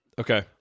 okay